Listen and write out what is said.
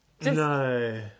No